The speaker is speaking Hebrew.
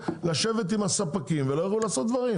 לשבת עם הספקים ולא יוכלו לעשות דברים.